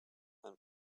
and